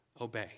obey